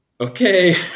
okay